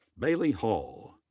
bailey hall.